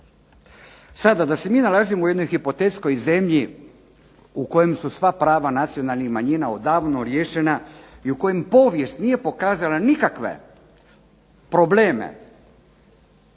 Sada, da se mi nalazimo u jednoj hipotetskoj zemlji u kojoj su sva prava nacionalnih manjina odavno riješena i u kojem povijest nije pokazala nikakve probleme